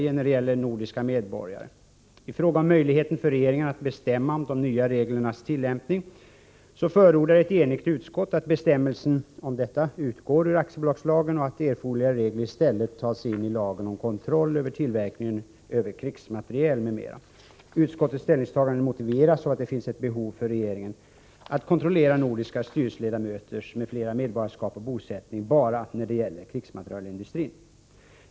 I fråga om möjligheten för regeringen att bestämma om de nya reglernas tillämpning förordar ett enigt utskott att bestämmelsen om detta utgår ur aktiebolagslagen och att erforderliga regler i stället tas in i lagen om kontroll över tillverkningen av krigsmateriel, m.m. Utskottets ställningstagande motiveras av att det finns ett behov för regeringen att kontrollera nordiska styrelseledamöters och andras medborgarskap och bosättning bara när det gäller krigsmaterielindustrin.